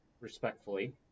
respectfully